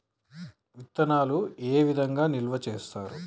విత్తనాలు ఏ విధంగా నిల్వ చేస్తారు?